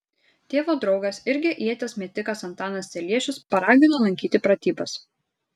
tėvo draugas irgi ieties metikas antanas celiešius paragino lankyti pratybas